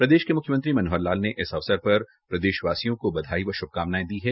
प्रदेश में मुख्य मंत्री मनोहर लाल ने इस अवसर पर प्रदेशवासिों को बधाई व शुभकामनायें दी है